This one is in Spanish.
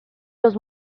los